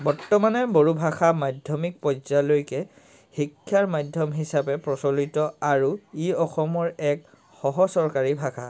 বৰ্তমানে বড়ো ভাষা মাধ্যমিক পৰ্যায়লৈকে শিক্ষাৰ মাধ্যম হিচাপে প্ৰচলিত আৰু ই অসমৰ এক সহচৰকাৰী ভাষা